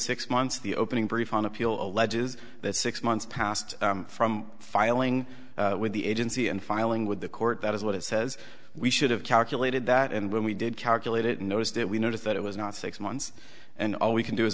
six months the opening brief on appeal alleges that six months passed from filing with the agency and filing with the court that is what it says we should have calculated that and when we did calculate it knows that we notice that it was not six months and all we can do is